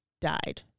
died